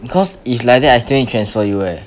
because if like that I still need transfer you eh